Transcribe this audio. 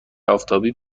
آفتابی